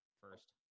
first